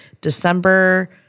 December